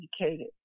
educated